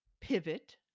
pivot